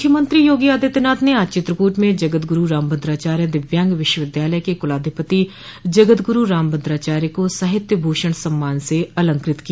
मुख्यमंत्री योगी आदित्यनाथ ने आज चित्रकूट में जगत गुरू रामभद्राचार्य दिव्यांग विश्वविद्यालय के कुलाधिपति जगत गुरू रामभद्राचार्य को साहित्य भूषण सम्मान से अलंकृत किया